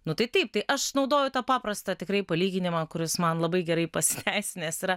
nu tai taip tai aš naudoju tą paprastą tikrai palyginimą kuris man labai gerai pasiteisinęs yra